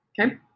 Okay